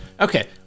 Okay